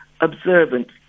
observant